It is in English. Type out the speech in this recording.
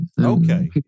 Okay